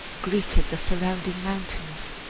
greeted the surrounding mountains.